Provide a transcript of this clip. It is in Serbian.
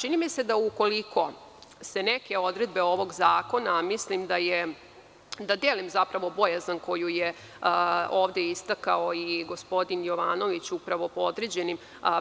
Čini mi se da ukoliko se neke odredbe ovog zakona, a mislim da delim zapravo bojazan koju je ovde istakao i gospodin Jovanović upravo po određenim